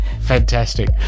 Fantastic